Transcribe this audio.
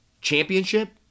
championship